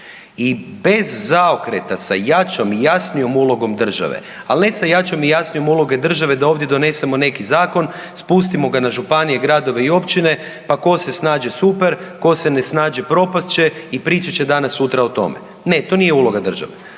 I bez zaokreta sa jačom i jasnijom ulogom države, ali ne sa jačim i jasnijom ulogom države da ovdje donesemo neki zakon, spustimo ga na županije, gradove i općine pa ko se snađe super, ko se ne snađe propast će i pričat će danas sutra o tome. Ne, to nije uloga države.